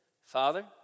Father